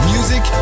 Music